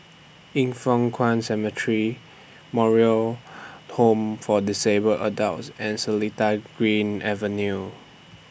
Yin Foh Kuan Cemetery Moral Home For Disabled Adults and Seletar Green Avenue